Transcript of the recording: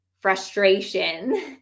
frustration